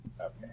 Okay